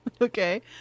okay